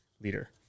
leader